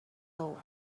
though